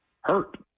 Hurt